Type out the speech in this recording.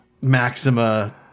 Maxima